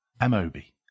Amobi